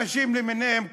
אנשים למיניהם,